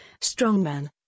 strongman